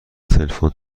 تلفن